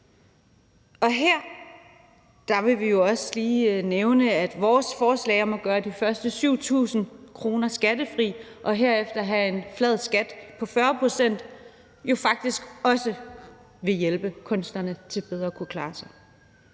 Og her vil vi jo også lige nævne, at vores forslag om at gøre de første 7.000 kr. skattefri og herefter have en flad skat på 40 pct. jo faktisk også vil hjælpe kunstnerne til bedre at kunne klare sig.